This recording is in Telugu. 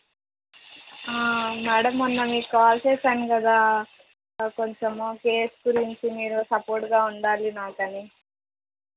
మ్యాడమ్ మొన్న మీకు కాల్ చేసాను కదా కొంచెం కేస్ గురించి మీరు సపోర్ట్గా ఉండాలి నాకు అని